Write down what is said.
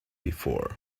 before